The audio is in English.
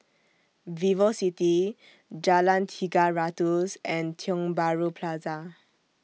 Vivocity Jalan Tiga Ratus and Tiong Bahru Plaza